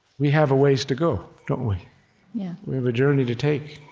we have a ways to go, don't we? yeah we have a journey to take